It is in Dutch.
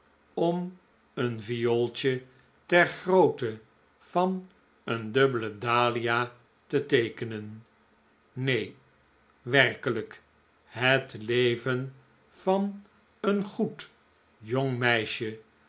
om een viooltje ter grootte van een dubbele dahlia te teekenen neen werkelijk het leven van een goed jong meisje